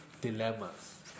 Dilemmas